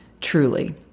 truly